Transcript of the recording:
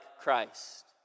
Christ